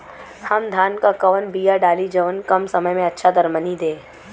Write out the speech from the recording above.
हम धान क कवन बिया डाली जवन कम समय में अच्छा दरमनी दे?